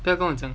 该工程